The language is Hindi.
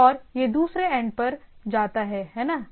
और यह दूसरे एंड पर जाता है है ना